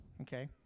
okay